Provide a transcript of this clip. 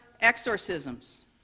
exorcisms